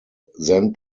then